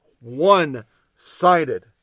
one-sided